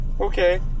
okay